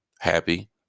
happy